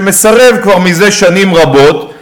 שמסרב כבר שנים רבות,